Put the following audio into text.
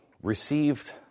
Received